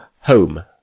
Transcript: home